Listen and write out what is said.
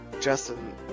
Justin